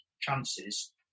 chances